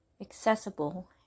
accessible